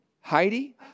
Heidi